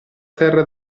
terra